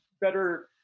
better